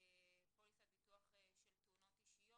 פוליסת ביטוח של תאונות אישיות.